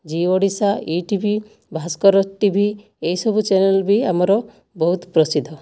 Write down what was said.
G Odisha E TV Bhaskar TV ଏହି ସବୁ channel ବି ଆମର ବହୁତ ପ୍ରସିଦ୍ଧ